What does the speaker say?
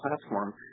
platform